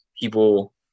people